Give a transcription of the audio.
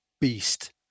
beast